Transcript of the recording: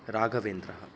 राघवेन्द्रः